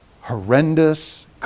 horrendous